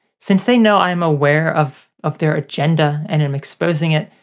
since they know i am aware of of their agenda and am exposing it,